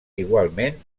igualment